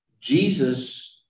Jesus